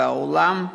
והעולם שתק.